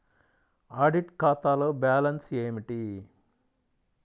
Audit ఖాతాలో balance ఏమిటీ?